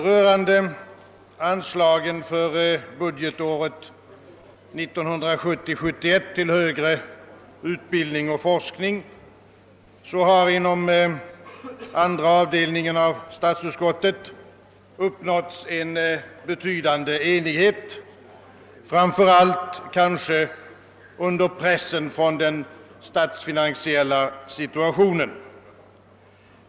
Rörande anslagen för budgetåret 1970/71 till Högre utbildning och forskning har inom andra avdelningen av statsutskottet uppnåtts en betydande enighet, framför allt kanske under pressen från den statsfinansiella situationen.